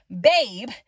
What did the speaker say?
babe